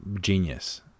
genius